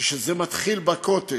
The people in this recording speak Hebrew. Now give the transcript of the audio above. כשזה מתחיל בכותל,